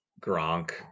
Gronk –